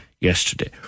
yesterday